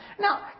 Now